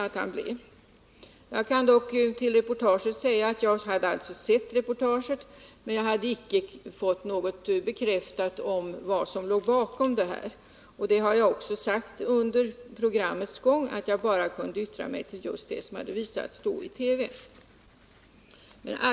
Jag kan beträffande reportaget säga att jag hade sett det men icke fått bekräftat vad som låg bakom. Under programmets gång sade jag också att jag bara kunde yttra mig om det som då hade visats i TV.